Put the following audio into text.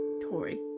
Tori